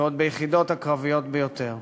ועוד ביחידות הקרביות ביותר.